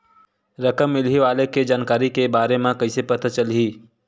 रकम मिलही वाले के जानकारी के बारे मा कइसे पता चलही?